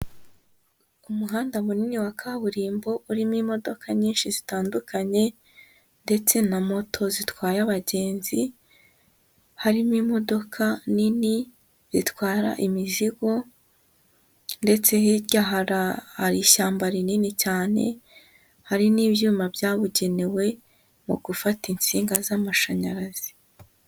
Umuhanda munini wa kaburimbo urimo imodoka nyinshi zitandukanye ndetse na moto zitwaye abagenzi, harimo imodoka nini zitwara imizigo ndetse hirya hari ishyamba rinini cyane hari n'ibyuma byabugenewe mu gufata insinga z'amashanyarazi.